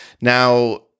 Now